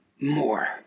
more